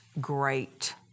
great